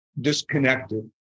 disconnected